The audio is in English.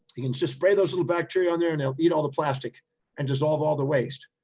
you can just spray those little bacteria on there and they'll eat all the plastic and dissolve all the waste.